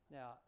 Now